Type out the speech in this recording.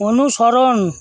অনুসরণ